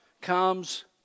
comes